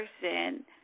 person